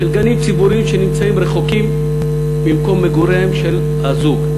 של חתונות בגנים ציבוריים שנמצאים רחוק ממקום מגוריהם של הזוג.